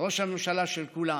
ראש הממשלה של כולם,